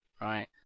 right